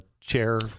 chair-